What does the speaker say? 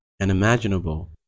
unimaginable